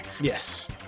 Yes